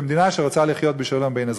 במדינה שרוצה לחיות בשלום בין אזרחיה.